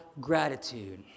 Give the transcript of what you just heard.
gratitude